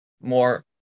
more